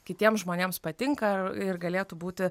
kitiems žmonėms patinka ar ir galėtų būti